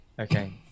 okay